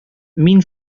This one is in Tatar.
мин